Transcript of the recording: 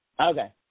Okay